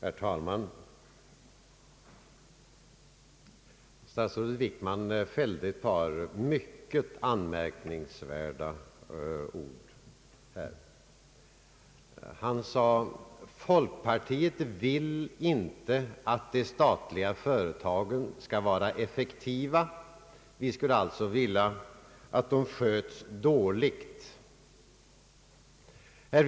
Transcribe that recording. Herr talman! Statsrådet Wickman gjorde ett par anmärkningsvärda uttalanden här. Han sade att folkpartiet inte vill att de statliga företagen skall vara effektiva. Vi skulle alltså önska att de sköttes dåligt.